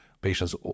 Patients